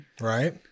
right